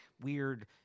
weird